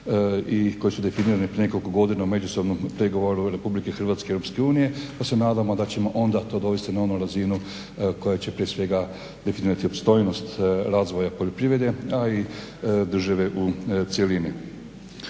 i koji su definirani prije nekoliko godina u međusobnom pregovoru Republike Hrvatske i Europske unije pa se nadamo da ćemo onda to doista na onu razinu koja će prije svega definirati opstojnost razvoja poljoprivrede, a i držive u cjelini.